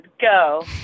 go